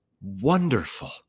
wonderful